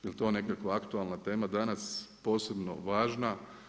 Je li to nekakva aktualna tema danas posebno važna.